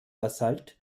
basalt